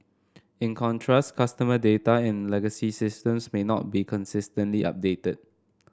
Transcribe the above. in contrast customer data in legacy systems may not be consistently updated